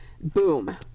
boom